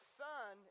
son